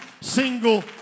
single